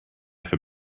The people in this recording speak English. for